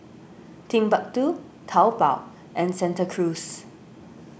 Timbuk two Taobao and Santa Cruz